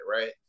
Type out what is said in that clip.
right